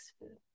food